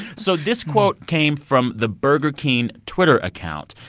so this quote came from the burger king twitter account.